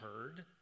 heard